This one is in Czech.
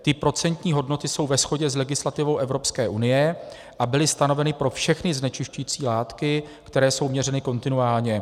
Ty procentní hodnoty jsou ve shodě s legislativou Evropské unie a byly stanoveny pro všechny znečišťující látky, které jsou měřeny kontinuálně.